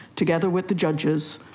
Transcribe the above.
together with the judges,